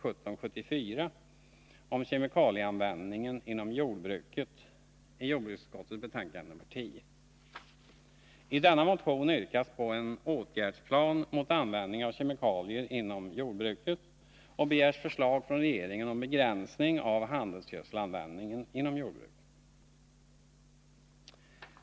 jordbruket och begärs förslag från regeringen om begränsning av handelsgödselanvändningen inom jordbruket.